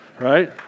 right